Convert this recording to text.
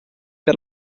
per